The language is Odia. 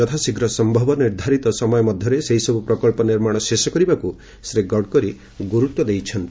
ଯାଥାଶୀଘ୍ର ସମ୍ଭବ ନିର୍ଦ୍ଧାରିତ ସମୟ ମଧ୍ୟରେ ସେହିସବୁ ପ୍ରକଳ୍ପର ନିର୍ମାଣ ଶେଷ କରିବାକୁ ଶ୍ରୀ ଗଡ଼କରୀ ଗୁରୁତ୍ୱ ଦେଇଛନ୍ତି